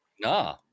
No